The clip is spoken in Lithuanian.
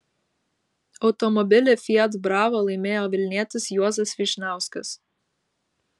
automobilį fiat brava laimėjo vilnietis juozas vyšniauskas